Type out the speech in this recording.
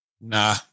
Nah